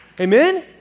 Amen